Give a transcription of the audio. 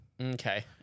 Okay